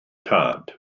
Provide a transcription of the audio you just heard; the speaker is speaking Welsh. tad